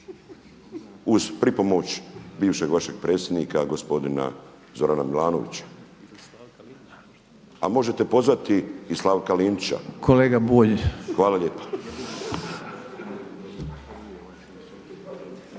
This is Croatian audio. uz pripomoć bivšeg vašeg predsjednika gospodina Zorana Milanovića. A možete pozvati i Slavka Linića. Hvala lijepa.